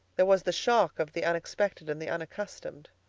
there was the shock of the unexpected and the unaccustomed.